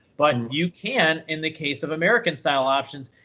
but you can in the case of american style options.